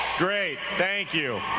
great. thank you!